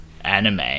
anime